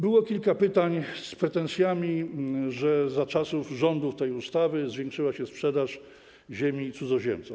Było kilka pytań z pretensjami, że za czasów rządów tej ustawy zwiększyła się sprzedaż ziemi cudzoziemcom.